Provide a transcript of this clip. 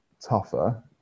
tougher